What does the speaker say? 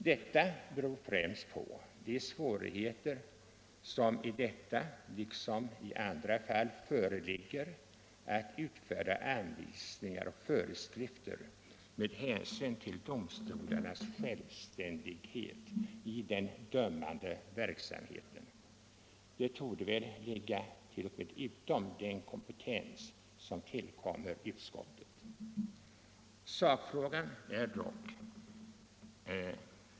Detta beror främst på de svårigheter med att utfärda anvisningar och föreskrifter som i detta liksom andra fall föreligger med hänsyn till domstolarnas självständighet i den dömande verksamheten. Sådana åtgärder torde ligga t.o.m. utom den kompetens som tillkommer utskottet.